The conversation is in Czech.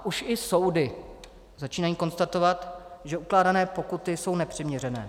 Už i soudy začínají konstatovat, že ukládané pokuty jsou nepřiměřené.